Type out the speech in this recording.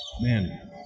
man